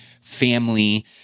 family